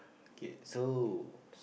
okay so